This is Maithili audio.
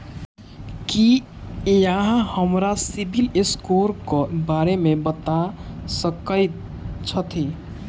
की अहाँ हमरा सिबिल स्कोर क बारे मे बता सकइत छथि?